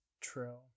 True